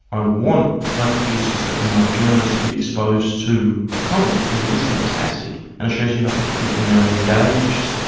i want my producers and and my journos to be exposed to comments because it is fantastic and it shows you how people think when they are engaged,